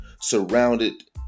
surrounded